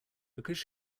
because